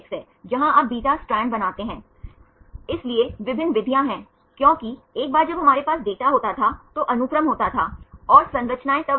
फिर ब्लास्टक्लस्ट आप blast site से स्टैंड लोन संस्करण प्राप्त कर सकते हैं यहां वे विभिन्न अनुक्रम पहचानों को संभाल सकते हैं